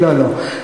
לא, לא.